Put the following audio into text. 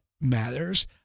matters